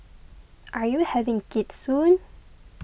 are you having kids soon